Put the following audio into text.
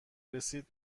رسید